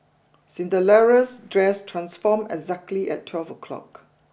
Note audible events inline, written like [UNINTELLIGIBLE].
[UNINTELLIGIBLE] dress transformed exactly at twelve o'clock